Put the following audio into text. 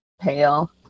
pale